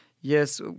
Yes